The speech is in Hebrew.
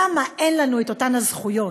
למה אין לנו את אותן הזכויות?